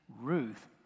Ruth